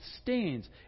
stains